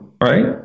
right